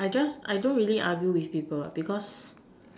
I just I don't really argue with people what because